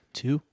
two